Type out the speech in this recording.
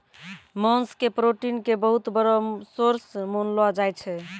मांस के प्रोटीन के बहुत बड़ो सोर्स मानलो जाय छै